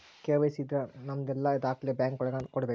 KYC ಇದ್ರ ನಮದೆಲ್ಲ ದಾಖ್ಲೆ ಬ್ಯಾಂಕ್ ಒಳಗ ಕೊಡ್ಬೇಕು